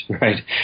right